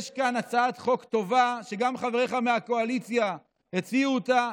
יש כאן הצעת חוק טובה שגם חבריך מהקואליציה הציעו אותה.